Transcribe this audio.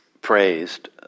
praised